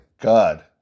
God